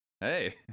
Hey